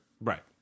Right